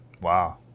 Wow